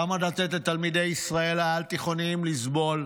למה לתת לתלמידי ישראל העל-יסודיים לסבול,